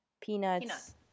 peanuts